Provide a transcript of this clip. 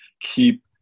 keep